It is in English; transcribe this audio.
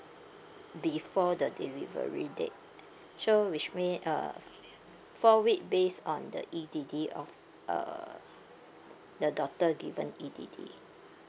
before the delivery date so which mean uh four week based on the E_D_D of err the doctor given E_D_D